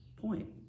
point